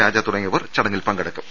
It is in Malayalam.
രാജ തുടങ്ങിയവർ ചടങ്ങിൽ പങ്കെടുക്കും